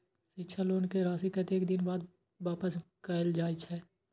शिक्षा लोन के राशी कतेक दिन बाद वापस कायल जाय छै?